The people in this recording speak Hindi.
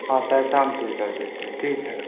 हाँ ता शाम पर कर देते हैं ठीक है